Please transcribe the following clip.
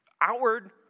outward